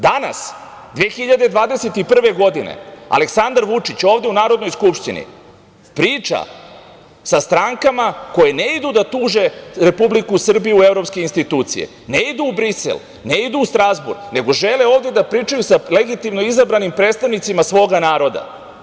Danas, 2021. godine Aleksandar Vučić ovde u Narodnoj skupštini priča sa strankama koje ne idu da tuže Republiku Srbiju u evropske institucije, ne idu u Brisel, ne idu u Strazbur, nego žele ovde da pričaju sa legitimno izabranim predstavnicima svoga naroda.